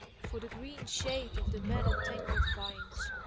for the green shade of the matted, tangled vines,